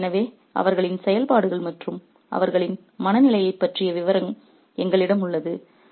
'எனவே அவர்களின் செயல்பாடுகள் மற்றும் அவர்களின் மனநிலையைப் பற்றிய விவரம் எங்களிடம் உள்ளது